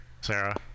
Sarah